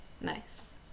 Nice